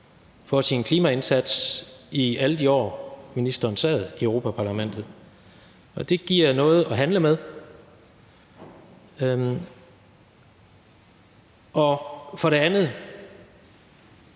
for hans klimaindsats i alle de år, ministeren sad i Europa-Parlamentet, og det giver noget at handle med, og for det andet